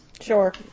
Sure